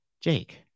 Jake